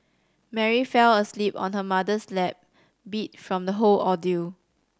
Mary fell asleep on her mother's lap beat from the whole ordeal